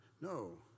No